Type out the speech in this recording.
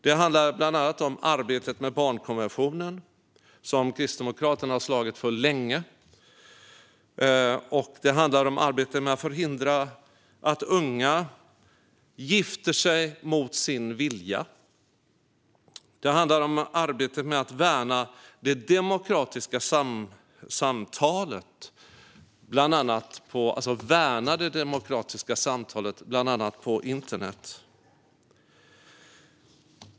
Det handlar bland annat om arbetet med barnkonventionen, som Kristdemokraterna har slagits för länge, och det handlar om arbetet för att förhindra att unga blir gifta mot sin vilja. Det handlar om arbetet med att värna det demokratiska samtalet, bland annat på internet.